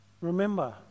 Remember